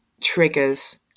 triggers